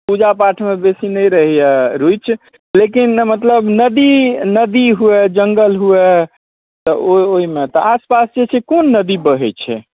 पूजा पाठमे बेसी नहि रहैए रुचि लेकिन मतलब नदी हुअए जङ्गल हुअए तऽ ओहिमे तऽ आसपास कोन नदी बहै छै